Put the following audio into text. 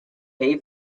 pay